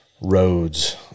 roads